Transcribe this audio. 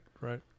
right